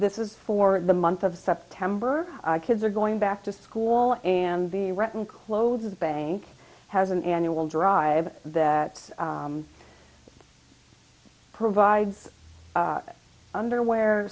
this is for the month of september kids are going back to school and the renton closes bank has an annual drive that provides underwear